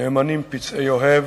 נאמנים פצעי אוהב.